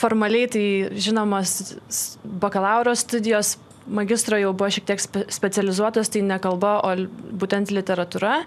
formaliai tai žinomos bakalauro studijos magistro jau buvo šiek tiek sp specializuotos tai ne kalba o būtent literatūra